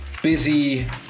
busy